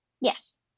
Yes